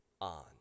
on